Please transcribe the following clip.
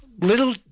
little